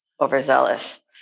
overzealous